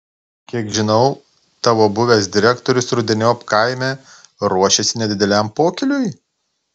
kiek žinau tavo buvęs direktorius rudeniop kaime ruošiasi nedideliam pokyliui